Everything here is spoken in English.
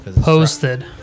Posted